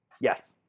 yes